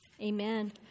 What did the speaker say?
Amen